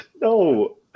No